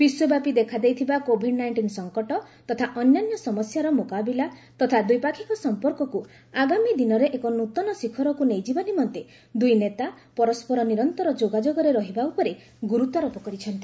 ବିଶ୍ୱାବ୍ୟାପୀ ଦେଖାଦେଇଥିବା COVID nineteen ସଙ୍କଟ ତଥା ଅନ୍ୟାନ୍ୟ ସମସ୍ୟାର ମୁକାବିଲା ତଥା ଦ୍ୱିପାକ୍ଷିକ ସମ୍ପର୍କକୁ ଆଗାମୀ ଦିନରେ ଏକ ନ୍ତନ ଶିଖରକୁ ନେଇଯିବା ନିମନ୍ତେ ଦୁଇ ନେତା ପରସ୍କର ନିରନ୍ତର ଯୋଗାଯୋଗରେ ରହିବା ଉପରେ ଗୁରୁତ୍ୱାରୋପ କରିଛନ୍ତି